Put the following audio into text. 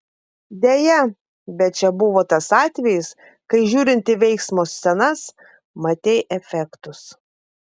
deja bet čia buvo tas atvejis kai žiūrint į veiksmo scenas matei efektus